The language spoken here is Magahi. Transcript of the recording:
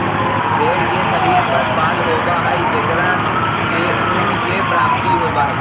भेंड़ के शरीर पर बाल होबा हई जेकरा से ऊन के प्राप्ति होबा हई